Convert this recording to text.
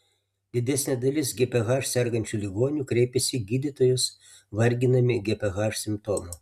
didesnė dalis gph sergančių ligonių kreipiasi į gydytojus varginami gph simptomų